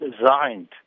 designed